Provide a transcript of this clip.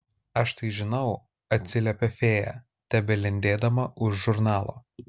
aš tai žinau atsiliepia fėja tebelindėdama už žurnalo